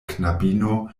knabino